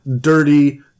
dirty